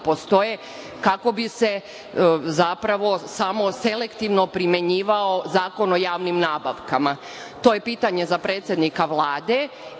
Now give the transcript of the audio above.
kako bi se zapravo samo selektivno primenjivao Zakon o javnim nabavkama. To je pitanje za predsednika Vlade.